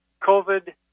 COVID